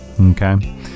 Okay